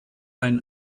ein